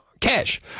cash